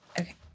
Okay